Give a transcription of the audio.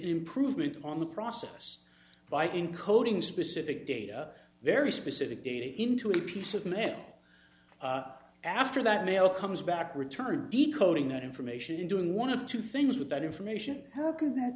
improvement on the process by encoding specific data very specific data into a piece of mail after that mail comes back returned decoding that information in doing one of two things with that information how can that